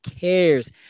cares